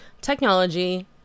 technology